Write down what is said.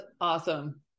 awesome